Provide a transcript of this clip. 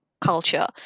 culture